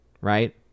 Right